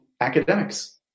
academics